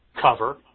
cover